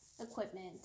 equipment